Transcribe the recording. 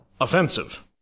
Offensive